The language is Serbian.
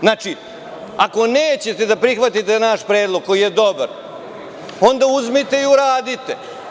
Znači ako nećete da prihvatite naš predlog koji je dobar, onda uzmite i uradite.